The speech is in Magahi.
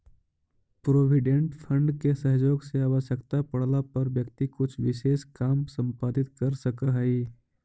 प्रोविडेंट फंड के सहयोग से आवश्यकता पड़ला पर व्यक्ति कुछ विशेष काम संपादित कर सकऽ हई